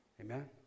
Amen